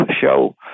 show